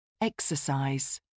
Exercise